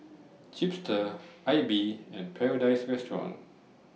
Chipster AIBI and Paradise Restaurant